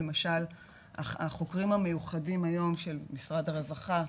למשל החוקרים המיוחדים היום של משרד הרווחה,